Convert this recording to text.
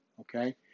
okay